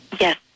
yes